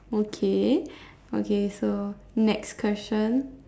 okay okay so next question